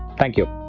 thank you!